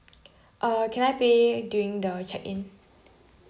uh can I pay during the check in